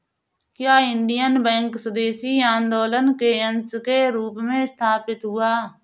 क्या Indian Bank स्वदेशी आंदोलन के अंश के रूप में स्थापित हुआ?